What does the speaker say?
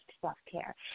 self-care